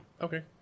Okay